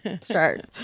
start